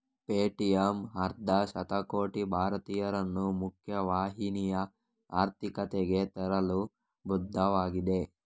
Paytm ಅರ್ಧ ಶತಕೋಟಿ ಭಾರತೀಯರನ್ನು ಮುಖ್ಯ ವಾಹಿನಿಯ ಆರ್ಥಿಕತೆಗೆ ತರಲು ಬದ್ಧವಾಗಿದೆ